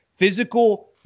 physical